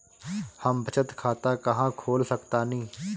हम बचत खाता कहां खोल सकतानी?